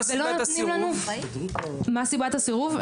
מה היא סיבת הסירוב?